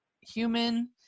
human